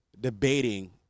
debating